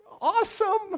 awesome